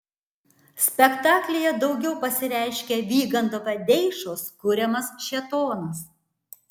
spektaklyje daugiau pasireiškia vygando vadeišos kuriamas šėtonas